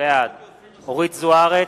בעד אורית זוארץ,